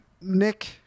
Nick